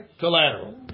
collateral